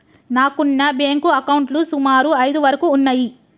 నాకున్న బ్యేంకు అకౌంట్లు సుమారు ఐదు వరకు ఉన్నయ్యి